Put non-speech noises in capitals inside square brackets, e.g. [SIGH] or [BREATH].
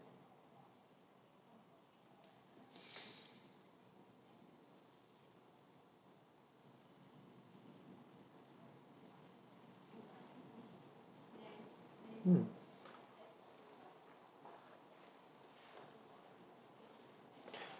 mm [BREATH]